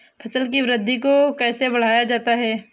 फसल की वृद्धि को कैसे बढ़ाया जाता हैं?